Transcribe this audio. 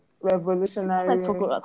Revolutionary